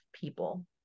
people